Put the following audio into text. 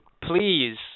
Please